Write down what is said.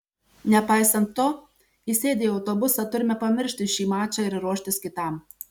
nepaisant to įsėdę į autobusą turime pamiršti šį mačą ir ruoštis kitam